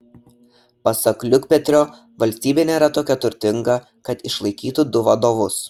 pasak liukpetrio valstybė nėra tokia turtinga kad išlaikytų du vadovus